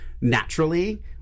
naturally